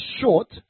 short